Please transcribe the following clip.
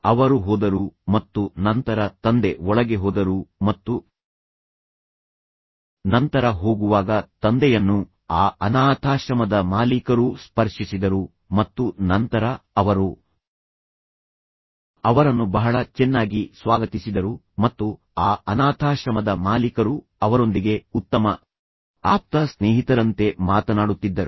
ಅವರು ಹೋದರು ಮತ್ತು ನಂತರ ತಂದೆ ಒಳಗೆ ಹೋದರು ಮತ್ತು ನಂತರ ಹೋಗುವಾಗ ತಂದೆಯನ್ನು ಆ ಅನಾಥಾಶ್ರಮದ ಮಾಲೀಕರು ಸ್ಪರ್ಶಿಸಿದರು ಮತ್ತು ನಂತರ ಅವರು ಅವರನ್ನು ಬಹಳ ಚೆನ್ನಾಗಿ ಸ್ವಾಗತಿಸಿದರು ಮತ್ತು ಆ ಅನಾಥಾಶ್ರಮದ ಮಾಲೀಕರು ಅವರೊಂದಿಗೆ ಉತ್ತಮ ಆಪ್ತ ಸ್ನೇಹಿತರಂತೆ ಮಾತನಾಡುತ್ತಿದ್ದರು